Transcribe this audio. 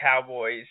Cowboys